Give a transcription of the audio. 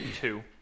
Two